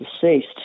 deceased